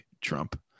Trump